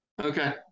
Okay